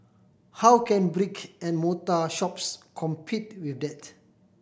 how can brick and mortar shops compete with that